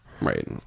Right